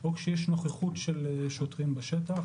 או כשיש נוכחות של שוטרים בשטח,